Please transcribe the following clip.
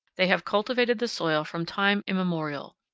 they have cultivated the soil from time immemorial.